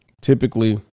Typically